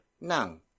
NANG